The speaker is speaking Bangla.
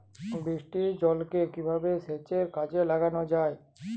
বৃষ্টির জলকে কিভাবে সেচের কাজে লাগানো যায়?